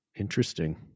Interesting